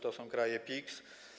To są kraje PIGS.